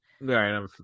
right